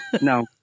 No